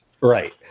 Right